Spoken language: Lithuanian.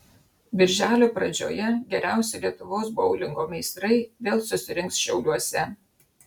birželio pradžioje geriausi lietuvos boulingo meistrai vėl susirinks šiauliuose